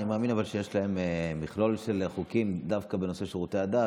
אבל אני מאמין שיש להם מכלול של חוקים דווקא בנושא שירותי הדת.